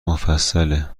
مفصل